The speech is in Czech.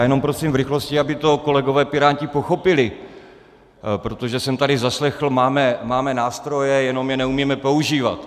Jenom prosím v rychlosti, aby to kolegové piráti pochopili, protože jsem tady zaslechl: máme nástroje, jenom je neumíme používat.